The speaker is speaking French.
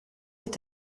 est